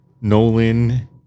Nolan